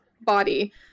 body